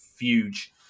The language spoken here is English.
huge